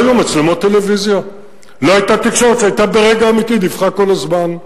לא היו מצלמות טלוויזיה; לא היתה תקשורת שברגע אמיתי דיווחה כל הזמן.